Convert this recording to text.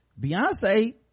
Beyonce